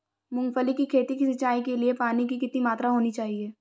मूंगफली की खेती की सिंचाई के लिए पानी की कितनी मात्रा होनी चाहिए?